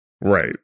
Right